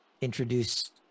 introduce